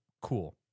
Cool